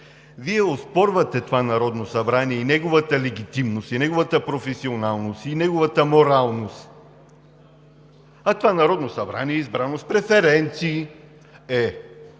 Вие оспорвате това Народно събрание и неговата легитимност, и неговата професионалност, и неговата моралност, а това Народно събрание е избрано с преференции!